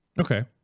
Okay